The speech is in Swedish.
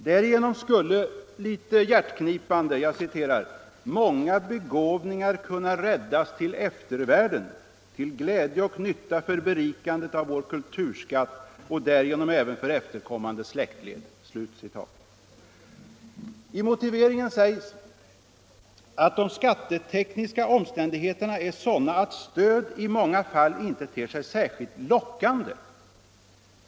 Man säger litet hjärtknipande: ”Många begåvningar 125 skulle härigenom kanske också kunna räddas till eftervärlden, till glädje och nytta för berikande av vår kulturskatt och därigenom även för efterkommande släktled.” I motiveringen sägs att de skattetekniska omständigheterna är sådana att stöd i många fall inte ter sig särskilt lockande.